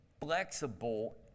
flexible